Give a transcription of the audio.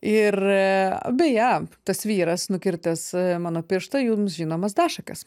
ir beje tas vyras nukirtęs mano pirštą jums žinomas dašakas